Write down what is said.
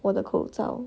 我的口罩